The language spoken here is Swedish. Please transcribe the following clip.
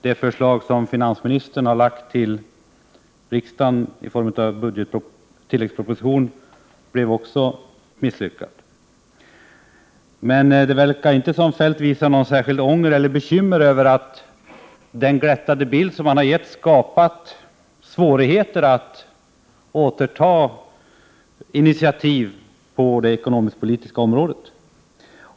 De förslag som finansministern har förelagt riksdagen i form av tilläggsproposition är också misslyckade. Men det verkar inte som att Kjell-Olof Feldt visar ånger eller bekymmer över att den glättade bild som han har gett skapat svårigheter att återta initiativ på det ekonomisk-politiska området.